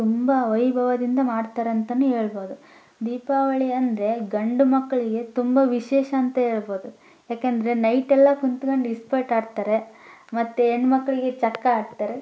ತುಂಬ ವೈಭವದಿಂದ ಮಾಡ್ತಾರೆ ಅಂತಲೇ ಹೇಳ್ಬೋದು ದೀಪಾವಳಿ ಅಂದರೆ ಗಂಡು ಮಕ್ಕಳಿಗೆ ತುಂಬ ವಿಶೇಷ ಅಂತ ಹೇಳ್ಬೋದು ಏಕಂದರೆ ನೈಟೆಲ್ಲ ಕುಂತ್ಕಂಡು ಇಸ್ಪೀಟು ಆಡ್ತಾರೆ ಮತ್ತು ಹೆಣ್ಮಕ್ಳಿಗೆ ಚಕ್ಕ ಆಡ್ತಾರೆ